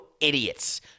idiots